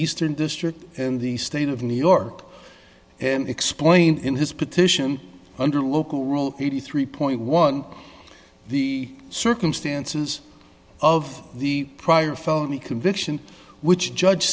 eastern district in the state of new york and explained in his petition under local rule eighty three point one the circumstances of the prior felony conviction which judge